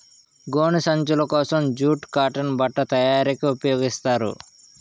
గోను సంచులు కోసం జూటు కాటన్ బట్ట తయారీకి ఉపయోగిస్తారు